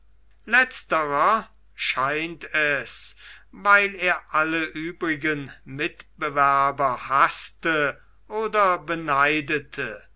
letzterer scheint es weil er alle übrigen mitbewerber haßte oder beneidete